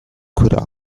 could